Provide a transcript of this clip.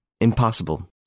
Impossible